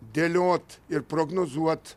dėliot ir prognozuot